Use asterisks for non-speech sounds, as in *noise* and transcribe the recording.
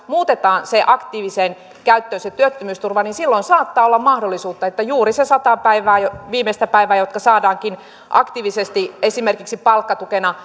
muutetaan aktiiviseen käyttöön se työttömyysturva niin silloin saattaa olla mahdollisuutta että juuri ne sata viimeistä päivää jotka saadaankin aktiivisesti esimerkiksi palkkatukena *unintelligible*